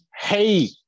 Hey